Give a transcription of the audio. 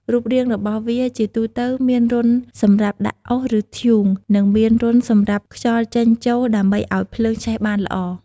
រូបរាងរបស់វាជាទូទៅមានរន្ធសម្រាប់ដាក់អុស ឬធ្យូង និងមានរន្ធសម្រាប់ខ្យល់ចេញចូល ដើម្បីឱ្យភ្លើងឆេះបានល្អ។